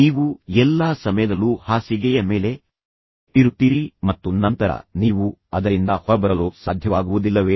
ನೀವು ಎಲ್ಲಾ ಸಮಯದಲ್ಲೂ ಹಾಸಿಗೆಯ ಮೇಲೆ ಇರುತ್ತೀರಿ ಮತ್ತು ನಂತರ ನೀವು ಅದರಿಂದ ಹೊರಬರಲು ಸಾಧ್ಯವಾಗುವುದಿಲ್ಲವೇ